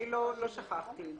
אני לא שכחתי את זה.